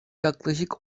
yaklaşık